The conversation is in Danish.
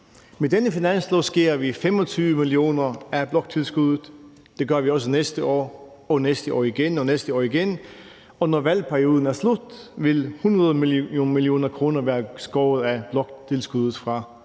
Med denne finanslov skærer vi 25 mio. kr. af bloktilskuddet, og det gør vi også næste år, næste år igen og næste år igen, og når valgperioden er slut, vil 100 mio. kr. være skåret af bloktilskuddet fra